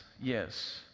yes